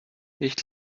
nicht